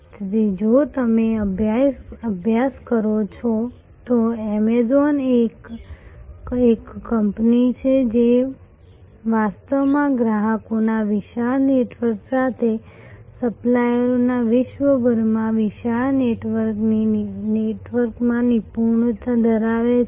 તેથી જો તમે અભ્યાસ કરો છો તો એમેઝોન એ એક કંપની છે જે વાસ્તવમાં ગ્રાહકોના વિશાળ નેટવર્ક સાથે સપ્લાયરોના વિશ્વભરમાં વિશાળ નેટવર્કમાં નિપુણતા ધરાવે છે